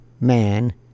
man